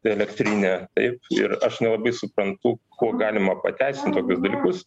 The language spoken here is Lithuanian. elektrinė taip ir aš nelabai suprantu kuo galima pateisint tokius dalykus